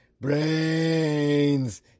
Brains